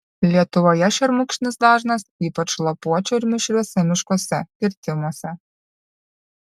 lietuvoje šermukšnis dažnas ypač lapuočių ir mišriuose miškuose kirtimuose